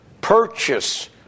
purchase